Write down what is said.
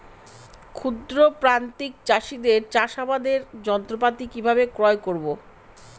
ক্ষুদ্র প্রান্তিক চাষীদের চাষাবাদের যন্ত্রপাতি কিভাবে ক্রয় করব?